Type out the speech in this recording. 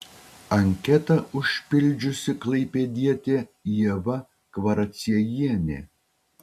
anketą užpildžiusi klaipėdietė ieva kvaraciejienė